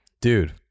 Dude